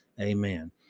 Amen